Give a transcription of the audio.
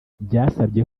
byasabye